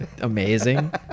Amazing